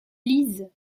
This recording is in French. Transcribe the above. lise